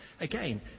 Again